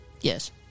Yes